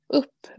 upp